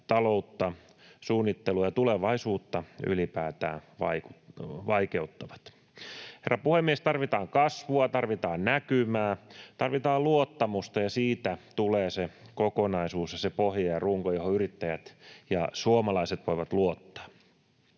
taloutta, suunnittelua ja tulevaisuutta ylipäätään vaikeuttavat. Herra puhemies! Tarvitaan kasvua, tarvitaan näkymää, tarvitaan luottamusta, ja siitä tulee se kokonaisuus ja se pohja ja runko, johon yrittäjät ja suomalaiset voivat luottaa.